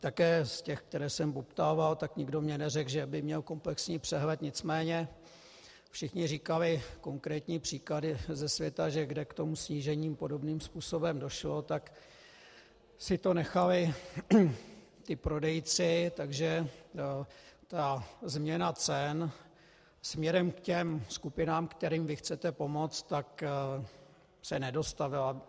Také z těch, které jsem poptával, tak nikdo mi neřekl, že by měl komplexní přehled, nicméně všichni říkali konkrétní příklady ze světa, že kde k tomu snížení, podobným snížením, došlo, tak si to nechali i prodejci, takže změna cen směrem ke skupinám, kterým vy chcete pomoci, se nedostavila.